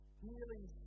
healing